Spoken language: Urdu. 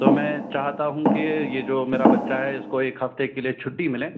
تو میں چاہتا ہوں کہ یہ جو میرا بچہ ہے اس کو ایک ہفتے کے لیے چھٹی ملے